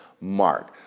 mark